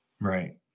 Right